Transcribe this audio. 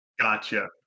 gotcha